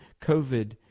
COVID